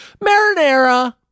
Marinara